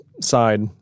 side